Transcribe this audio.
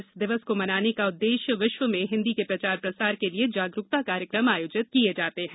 इस दिवस को मनाने का उद्देश्य विश्व में हिन्दी के प्रचार प्रसार के लिये जागरूकता कार्यक्रम आयोजित किये जा रहे है